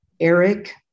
Eric